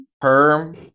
perm